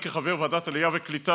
כחבר ועדת העלייה והקליטה